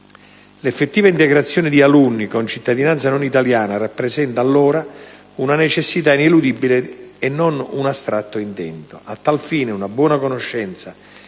L'effettiva integrazione di alunni con cittadinanza non italiana rappresenta allora una necessità ineludibile e non un astratto intento. A tal fine una buona conoscenza